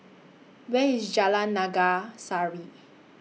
Where IS Jalan Naga Sari